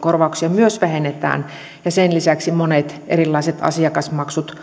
korvauksia vähennetään ja että sen lisäksi monet erilaiset asiakasmaksut